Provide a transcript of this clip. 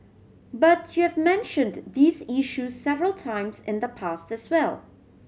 but you have mentioned these issue several times in the past as well